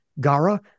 Gara